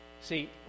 See